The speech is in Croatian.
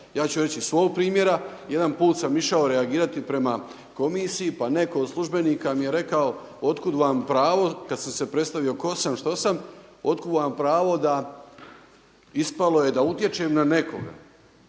Ja ću reći iz svoga primjera. Jedan put sam išao reagirati prema komisiji, pa netko od službenika mi je rekao od kuda vam pravo – kada sam se predstavio tko sam, što sam – od kuda vam pravo da, ispalo je da utječem na nekoga.